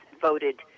voted